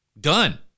Done